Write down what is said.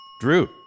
Drew